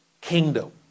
kingdom